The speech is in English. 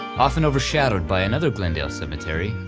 often overshadowed by another glendale cemetery,